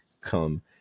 come